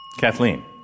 Kathleen